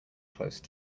close